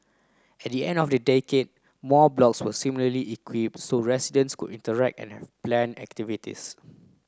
at the end of the decade more blocks were similarly equipped so residents could interact and have planned activities